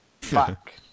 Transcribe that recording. fuck